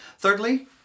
Thirdly